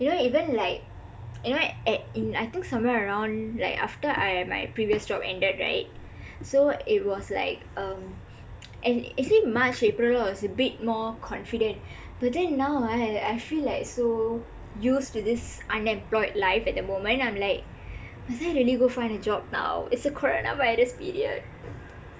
you know even like you know eh in somewhere around like after I my previous job ended right so it was like um act~ actually march april was abit more confident but then now ah I feel like so used to this unemployed life at the moment I'm like must I really go find a job now is a coronavirus period